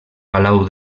palau